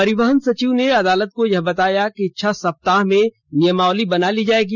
परिवहन सचिव ने अदालत को बताया कि छह सप्ताह में नियमावली बना ली जाएगी